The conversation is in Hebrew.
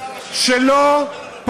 40 שנה בשלטון,